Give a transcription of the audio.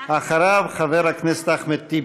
אחריו, חבר הכנסת אחמד טיבי.